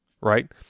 right